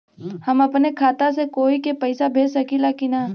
हम अपने खाता से कोई के पैसा भेज सकी ला की ना?